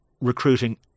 recruiting